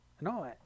No